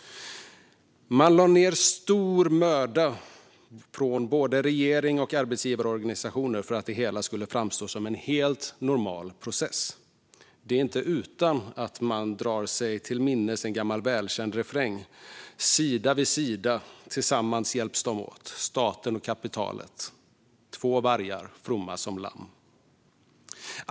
Man lade stor möda från både regering och arbetsgivarorganisationer på att det hela skulle framstå som en helt normal process. Det är inte utan att man drar sig till minnes en gammal välkänd refräng: "Sida vid sida, tillsammans hjälps de åt . staten och kapitalet, två vargar fromma som lamm."